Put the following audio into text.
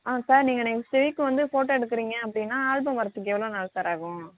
sir நீங்கள் இன்றைக்கி போயிட்டு வந்து ஃபோட்டோ எடுக்கறிங்க அப்படினா ஆல்பம் வரத்துக்கு எவ்வளோ நாள் சார் ஆகும்